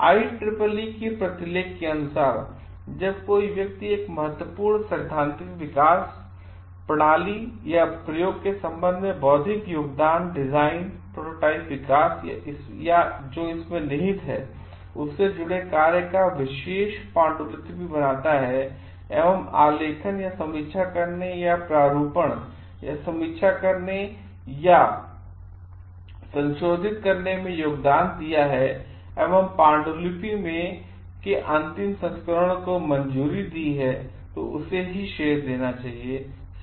IEEE की प्रतिलेख के अनुसार जब कोई व्यक्ति एक महत्वपूर्ण सैद्धांतिक विकास प्रणाली या प्रयोग के संबंध में बौद्धिक योगदान डिजाइन प्रोटोटाइप विकास या जो इसमें निहित है उससे जुड़े कार्य का विश्लेषण पांडुलिपि बनाया है एवं आलेखन या समीक्षा करने या प्रारूपण या समीक्षा करने या संशोधित करने में योगदान दिया गया एवं पांडुलिपि ने पांडुलिपि के अंतिम संस्करण को मंजूरी दी तो उसे ही श्रेय दिया जाना चाहिए